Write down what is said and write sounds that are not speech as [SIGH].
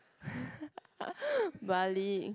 [LAUGHS] Bali